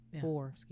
four